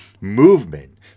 movement